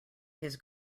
his